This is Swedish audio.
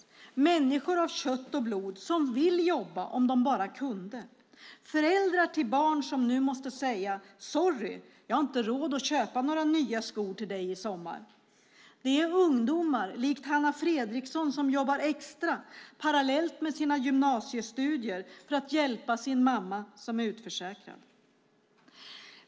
Det är människor av kött och blod som skulle vilja jobba om de bara kunde. Det är föräldrar som till sina barn nu måste säga: Sorry, jag har inte råd att köpa några nya skor till dig i sommar. Det är ungdomar som likt Hanna Fredriksson jobbar extra parallellt med gymnasiestudierna för att hjälpa sin mamma som är utförsäkrad.